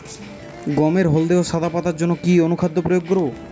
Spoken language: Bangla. গমের হলদে ও সাদা পাতার জন্য কি অনুখাদ্য প্রয়োগ করব?